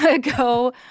go